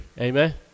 Amen